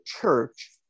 church